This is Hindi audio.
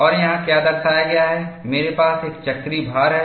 और यहाँ क्या दर्शाया गया है मेरे पास एक चक्रीय भार है